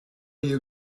you